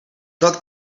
dat